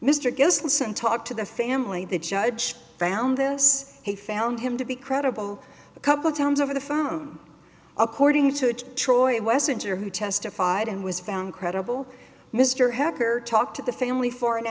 and talk to the family the judge found this he found him to be credible a couple times over the phone according to troy wesson juror who testified and was found credible mr hacker talked to the family for an